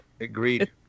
Agreed